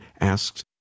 asked